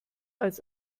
als